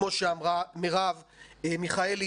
כמו שאמרה מרב מיכאלי,